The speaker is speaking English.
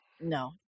No